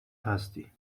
هستی